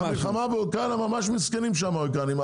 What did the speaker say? ממש מסכנים שם האוקראינים,